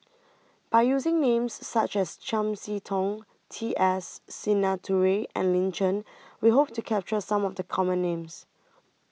By using Names such as Chiam See Tong T S Sinnathuray and Lin Chen We Hope to capture Some of The Common Names